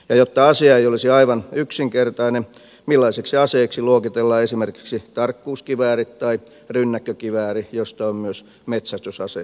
ja jotta asia ei olisi aivan yksinkertainen millaiseksi aseeksi luokitellaan esimerkiksi tarkkuuskivääri tai rynnäkkökivääri josta on myös metsästysaseversio